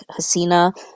Hasina